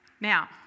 Now